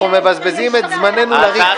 אנחנו מבזבזים את זמננו לריק --- ההצעה